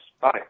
bye